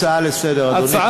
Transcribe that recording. הצעה לסדר-היום, אדוני, תודה.